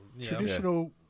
Traditional